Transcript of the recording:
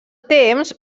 temps